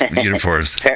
uniforms